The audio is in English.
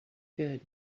good